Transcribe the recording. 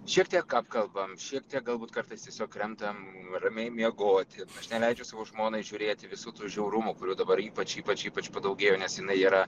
šiek tiek apkalbam šiek tiek galbūt kartais tiesiog krentam ramiai miegoti aš neleidžiu savo žmonai žiūrėti visų tų žiaurumų kurių dabar ypač ypač ypač padaugėjo nes jinai yra